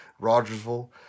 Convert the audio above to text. Rogersville